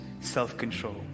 self-control